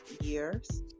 years